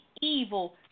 evil